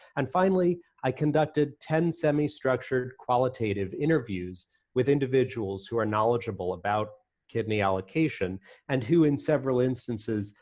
and finally i conducted ten semi-structured, qualitative interviews with individuals who are knowledgeable about kidney allocation and who, in several instances,